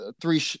three